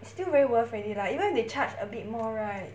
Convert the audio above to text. still very worth already lah even if they charge a bit more right